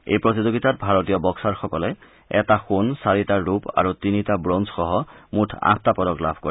এই প্ৰতিযোগিতাত ভাৰতীয় বক্সাৰসকলে এটা সোণ চাৰিটা ৰূপ আৰু তিনিটা ব্ৰঞ্জসহ মুঠ আঠটা পদক লাভ কৰে